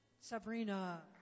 Sabrina